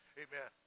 amen